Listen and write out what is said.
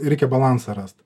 reikia balansą rast